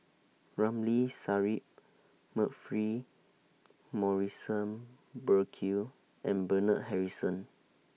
Ramli Sarip Humphrey Morrison Burkill and Bernard Harrison